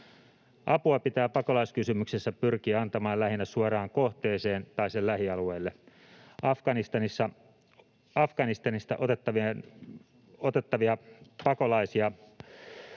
Apua pitää pakolaiskysymyksessä pyrkiä antamaan lähinnä suoraan kohteeseen tai sen lähialueelle. Afganistanista otettavia pakolaisia